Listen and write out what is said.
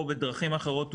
או בדרכים אחרות,